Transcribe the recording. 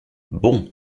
bon